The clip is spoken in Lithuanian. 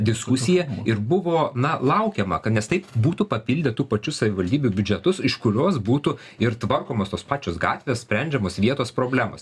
diskusiją ir buvo na laukiama kad nes taip būtų papildę tų pačius savivaldybių biudžetus iš kurios būtų ir tvarkomos tos pačios gatvės sprendžiamos vietos problemos